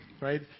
right